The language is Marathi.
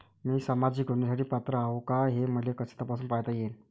मी सामाजिक योजनेसाठी पात्र आहो का, हे मले कस तपासून पायता येईन?